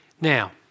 Now